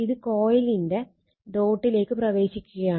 ഇത് കൊയിലിലെ ഡോട്ടിലേക്ക് പ്രവേശിക്കുകയാണ്